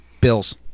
Bills